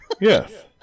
Yes